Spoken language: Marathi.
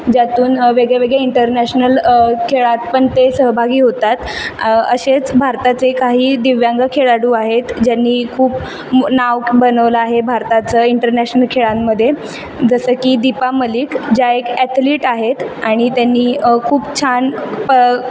ज्यातून वेगवेगळ्या इंटरनॅशनल खेळात पण ते सहभागी होतात असेच भारताचे काही दिव्यांग खेळाडू आहेत ज्यांनी खूप नाव बनवलं आहे भारताचं इंटरनॅशनल खेळांमध्ये जसं की दीपा मलिक ज्या एक ॲथलिट आहेत आणि त्यांनी खूप छान प